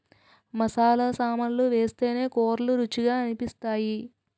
మసాలా సామాన్లు వేస్తేనే కూరలు రుచిగా అనిపిస్తాయి